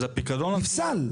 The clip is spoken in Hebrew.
נפסל.